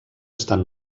estan